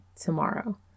tomorrow